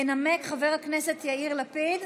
ינמק חבר הכנסת יאיר לפיד.